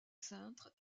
cintre